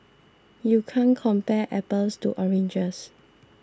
you can't compare apples to oranges